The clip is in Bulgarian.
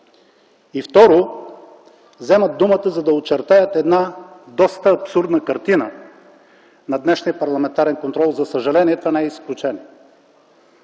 И второ, вземат думата, за да очертаят една доста абсурдна картина на днешния парламентарен контрол. За съжаление това не е изключение.